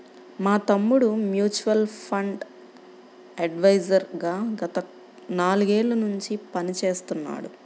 మా తమ్ముడు mutual fund adviser గా గత నాలుగేళ్ళ నుంచి పనిచేస్తున్నాడు